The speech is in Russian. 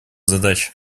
задача